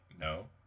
no